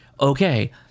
okay